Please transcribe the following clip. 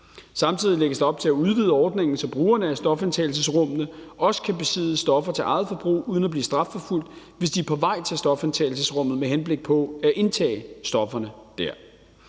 Samtidig lægges der op til at udvide ordningen, så brugerne af stofindtagelsesrummene også kan besidde stoffer til eget forbrug uden at blive strafforfulgt, hvis de er på vej til stofindtagelsesrummet med henblik på at indtage stofferne der.